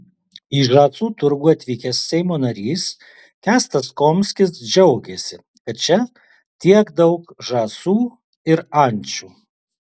į žąsų turgų atvykęs seimo narys kęstas komskis džiaugėsi kad čia tiek daug žąsų ir ančių